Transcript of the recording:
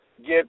get